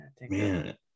man